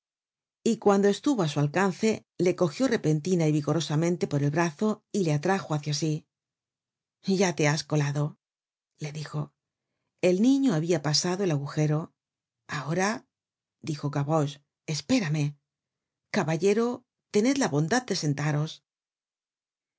y cuando estuvo á su alcance le cogió repentina y vigorosamente por el brazo y le atrajo hácia sí ya te has colado le dijo el niño habia pasado el agujero ahora dijo gavroche espérame caballero tened la bondad de sentaros y